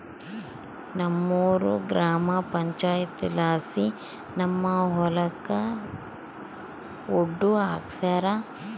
ನಮ್ಮೂರ ಗ್ರಾಮ ಪಂಚಾಯಿತಿಲಾಸಿ ನಮ್ಮ ಹೊಲಕ ಒಡ್ಡು ಹಾಕ್ಸ್ಯಾರ